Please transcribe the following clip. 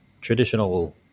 traditional